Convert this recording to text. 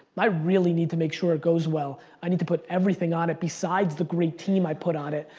i really need to make sure it goes well. i need to put everything on it besides the great team i put on it.